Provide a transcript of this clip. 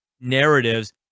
narratives